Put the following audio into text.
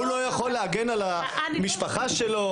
הוא לא יכול להגן על המשפחה שלו?